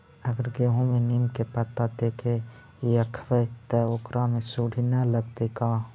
अगर गेहूं में नीम के पता देके यखबै त ओकरा में सुढि न लगतै का?